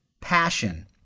passion